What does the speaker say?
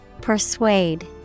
Persuade